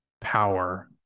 power